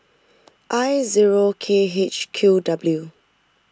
I zero K H Q W